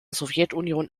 sowjetunion